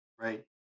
right